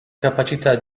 capacità